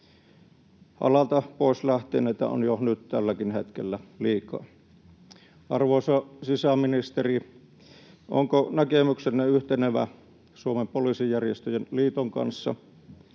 Alalta pois lähteneitä on jo nyt tälläkin hetkellä liikaa. Arvoisa sisäministeri, onko näkemyksenne yhtenevä Suomen Poliisijärjestöjen Liiton kanssa?